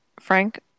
Frank